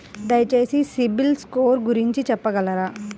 దయచేసి సిబిల్ స్కోర్ గురించి చెప్పగలరా?